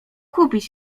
kupić